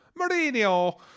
Mourinho